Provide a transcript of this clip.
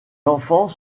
enfants